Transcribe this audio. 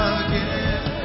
again